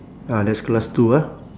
ah that's class two ah